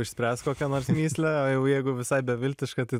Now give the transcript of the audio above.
išspręs kokią nors mįslę o jeigu jau visai beviltiška tai